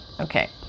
Okay